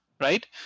right